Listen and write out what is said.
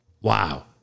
Wow